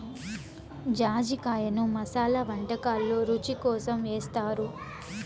జాజికాయను మసాలా వంటకాలల్లో రుచి కోసం ఏస్తారు